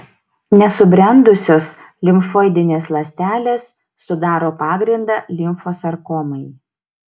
nesubrendusios limfoidinės ląstelės sudaro pagrindą limfosarkomai